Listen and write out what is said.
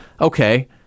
Okay